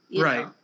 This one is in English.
Right